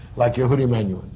like yehudi menhuin.